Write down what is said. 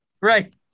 right